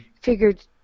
figured